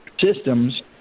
systems